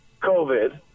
covid